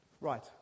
Right